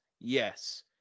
Yes